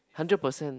hundred percent